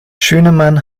schünemann